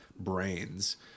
brains